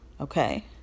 okay